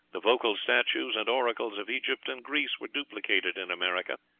the vocal statues and oracles of egypt and greece were duplicated in america.